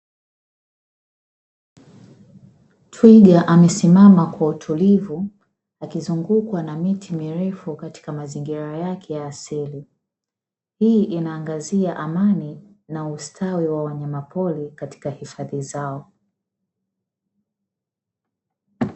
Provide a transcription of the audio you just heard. Twiga amesimama kwa utulivu akizungukwa na miti mirefu katika mazingira yake ya asili, hii inaangazia amani na ustawi wa wanyama pori katika hifadhi zao.